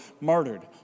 martyred